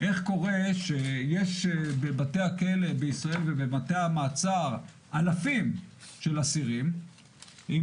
איך קורה שיש בבתי הכלא בישראל ובבתי המעצר אלפים של אסירים עם